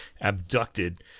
abducted